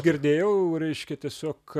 girdėjau reiškia tiesiog